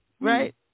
right